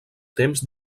temps